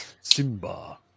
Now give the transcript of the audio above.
Simba